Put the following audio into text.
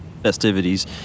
festivities